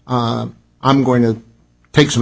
i'm going to take some